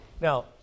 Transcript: Now